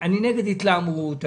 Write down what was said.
אני נגד התלהמות,